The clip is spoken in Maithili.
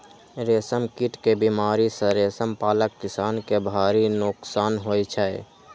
रेशम कीट के बीमारी सं रेशम पालक किसान कें भारी नोकसान होइ छै